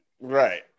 Right